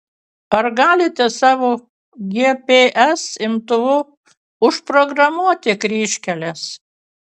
ar galite savo gps imtuvu užprogramuoti kryžkeles